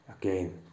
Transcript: Again